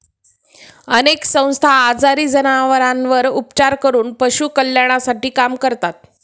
अनेक संस्था आजारी जनावरांवर उपचार करून पशु कल्याणासाठी काम करतात